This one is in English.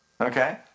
Okay